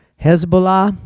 hezbollah,